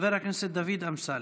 חבר הכנסת דוד אמסלם.